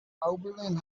oberlin